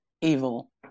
evil